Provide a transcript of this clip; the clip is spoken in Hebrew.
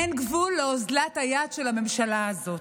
אין גבול לאוזלת היד של הממשלה הזאת,